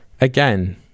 again